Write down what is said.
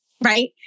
Right